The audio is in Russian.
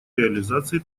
реализации